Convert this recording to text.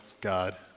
God